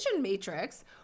Matrix